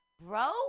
bro